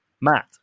Matt